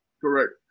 Correct